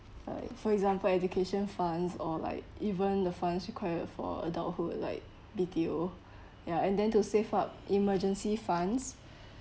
like for example education funds or like even the funds required for adulthood like B_T_O ya and then to save up emergency funds